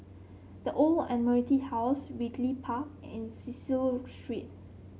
The Old Admiralty House Ridley Park and Cecil Street